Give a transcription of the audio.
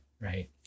right